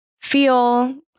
feel